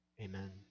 Amen